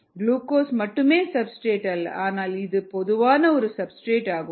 glucose மட்டுமே substrate அல்ல ஆனால் இது பொதுவான ஒரு சப்ஸ்டிரேட் ஆகும்